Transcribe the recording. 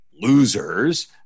losers